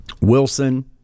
Wilson